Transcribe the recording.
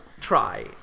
try